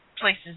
places